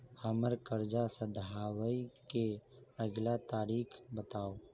हम्मर कर्जा सधाबई केँ अगिला तारीख बताऊ?